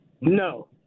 no